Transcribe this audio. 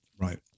Right